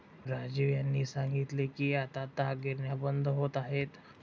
राजीव यांनी सांगितले की आता ताग गिरण्या बंद होत आहेत